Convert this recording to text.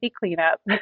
cleanup